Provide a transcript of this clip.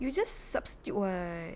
you just substitute [what]